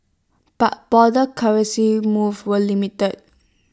but broader currency moves were limited